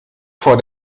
vor